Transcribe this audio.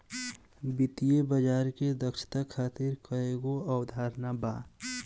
वित्तीय बाजार के दक्षता खातिर कईगो अवधारणा बा